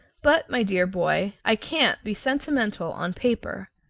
but, my dear boy, i can't be sentimental on paper.